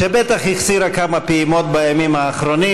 שבטח החסירה כמה פעימות בימים האחרונים,